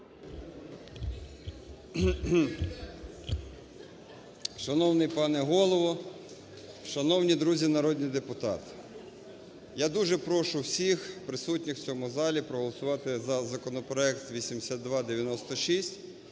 Шановний пане Голово, шановні друзі народні депутати, я дуже прошу всіх присутніх в цьому залі проголосувати за законопроект 8296.